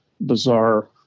bizarre